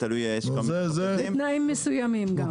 וגם זה רק בתנאים מסוימים.